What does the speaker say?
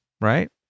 right